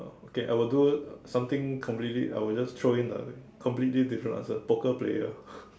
okay I would do something completely I would just throw in a completely different answer poker player